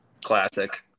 Classic